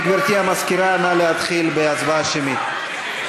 גברתי המזכירה, נא להתחיל בהצבעה שמית.